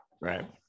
right